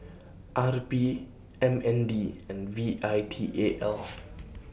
R P M N D and V I T A L